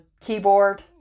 keyboard